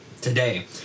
today